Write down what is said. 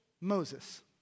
Moses